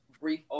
brief